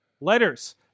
letters